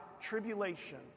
tribulation